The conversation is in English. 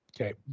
Okay